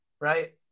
right